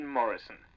Morrison